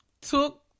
took